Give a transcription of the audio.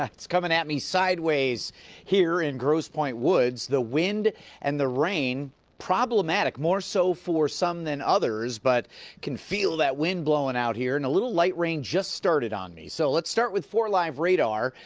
ah it's coming at me sideways here in grosse pointe woods. the wind and the rain problem mat ic. more so for some than others. but can feel that wind blowing out here. and a little light rain just started on me. so let's start with four live radar.